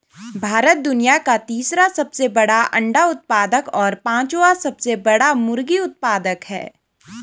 भारत दुनिया का तीसरा सबसे बड़ा अंडा उत्पादक और पांचवां सबसे बड़ा मुर्गी उत्पादक है